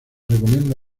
recomienda